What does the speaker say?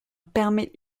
permet